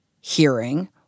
hearing